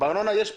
בארנונה יש פטור.